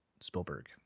Spielberg